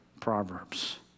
Proverbs